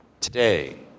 today